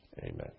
Amen